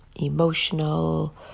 emotional